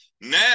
Now